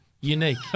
Unique